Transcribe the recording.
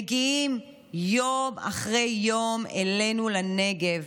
מגיעים יום אחרי יום אלינו לנגב,